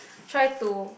try to